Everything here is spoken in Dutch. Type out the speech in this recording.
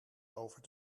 over